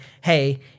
Hey